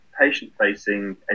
patient-facing